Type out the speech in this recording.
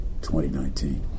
2019